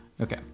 Okay